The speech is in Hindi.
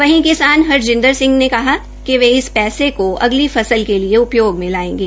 वहीं किसान हरजिंदर सिंह ने कहा कि वे इस पैसे को अगली फसल के लिए उपयोग में लायेंगे